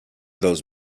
those